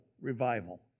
revival